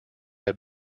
have